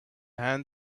hand